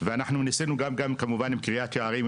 ואנחנו ניסינו גם עם קריית שערים,